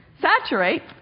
Saturate